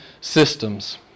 systems